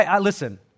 Listen